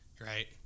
right